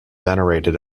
venerated